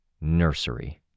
Nursery